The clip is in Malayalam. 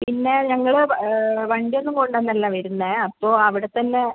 പിന്നെ ഞങ്ങൾ വണ്ടി ഒന്നും കൊണ്ട് ഒന്നുമല്ല വരുന്നത് അപ്പോൾ അവിടെത്തന്നെ